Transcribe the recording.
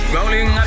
Rolling